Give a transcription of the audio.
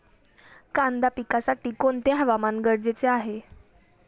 कांदा पिकासाठी कोणते हवामान गरजेचे आहे?